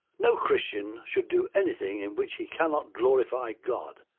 no christian should do anything in which he cannot glorify god,